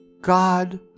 God